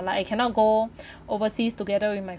like I cannot go overseas together with my